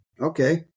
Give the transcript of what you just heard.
Okay